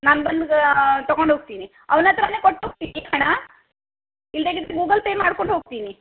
ನಾನು ಬಂದು ತಗೊಂಡು ಹೋಗ್ತೀನಿ ಅವ್ನ ಹತ್ರನೇ ಕೊಟ್ಟು ಹೋಗ್ತೀನಿ ಹಣ ಇಲ್ಲದಿದ್ದರೆ ಗೂಗಲ್ ಪೇ ಮಾಡ್ಕೊಂಡು ಹೋಗ್ತೀನಿ